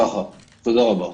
תודה רבה.